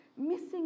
missing